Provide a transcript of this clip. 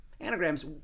anagrams